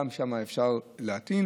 גם שם אפשר להטעין,